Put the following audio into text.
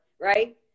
Right